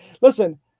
Listen